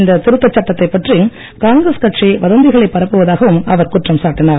இந்த திருத்தச் சட்டத்தை பற்றி காங்கிரஸ் கட்சி வதந்திகளை பரப்புவதாகவும் அவர் குற்றம் சாட்டினார்